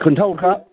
खिनथाहरखा